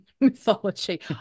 mythology